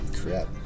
Crap